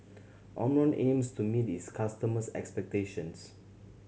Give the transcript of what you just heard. Omron aims to meet its customers' expectations